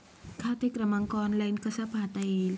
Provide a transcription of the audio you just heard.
खाते क्रमांक ऑनलाइन कसा पाहता येईल?